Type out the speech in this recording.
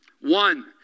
One